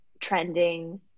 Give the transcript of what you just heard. trending